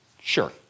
Sure